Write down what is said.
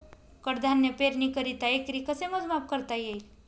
कडधान्य पेरणीकरिता एकरी कसे मोजमाप करता येईल?